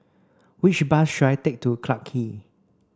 which bus should I take to Clarke Quay